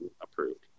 approved